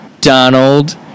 Donald